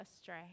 astray